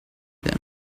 them